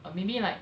or maybe like